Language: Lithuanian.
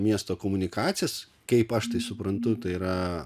miesto komunikacijas kaip aš tai suprantu tai yra